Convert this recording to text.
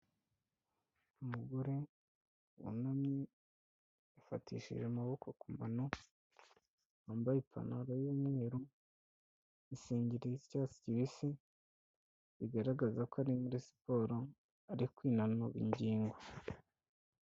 Umugore wunamye yafatishije amaboko ku mano, wambaye ipantaro y'umweru, isengeri y' icyatsi kibisi bigaragaza ko ari muri siporo ari kwinanura ingingo.